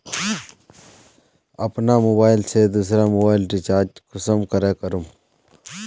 अपना मोबाईल से दुसरा मोबाईल रिचार्ज कुंसम करे करूम?